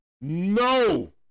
no